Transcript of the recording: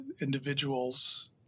individuals